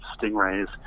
stingrays